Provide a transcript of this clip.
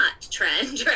trend